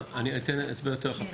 אני אתן הסבר יותר רחב.